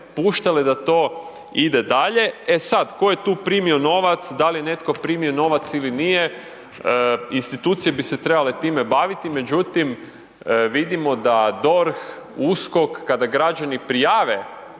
puštale da to ide dalje. E sad, tko je tu primio novac, da li je netko primio novac ili nije, institucije bi se trebale time baviti, međutim, vidimo da DORH, USKOK, kada građani prijave